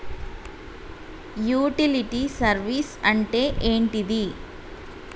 Utility service అంటే ఏంటిది?